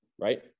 right